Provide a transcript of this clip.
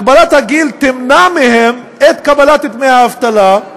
הגבלת הגיל תמנע מהם קבלת דמי אבטלה,